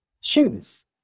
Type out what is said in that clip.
shoes